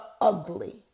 ugly